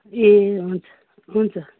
ए हुन्छ हुन्छ